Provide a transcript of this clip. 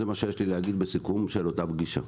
זה מה שיש לי להגיד בסיכום של אותה פגישה.